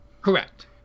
Correct